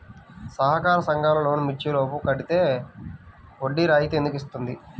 సహకార సంఘాల loan March లోపు కట్టితే వడ్డీ రాయితీ ఎందుకు ఇస్తుంది?